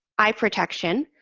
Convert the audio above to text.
eye protection,